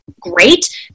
great